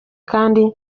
kandi